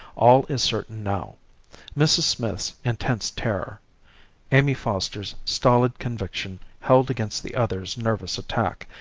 all is certain now mrs. smith's intense terror amy foster's stolid conviction held against the other's nervous attack,